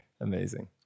Amazing